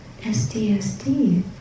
SDSD